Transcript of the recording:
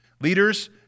leaders